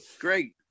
great